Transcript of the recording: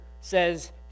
Says